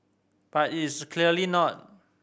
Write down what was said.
but is clearly not